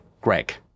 greg